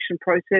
process